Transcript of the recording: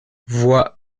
voie